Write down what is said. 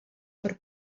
per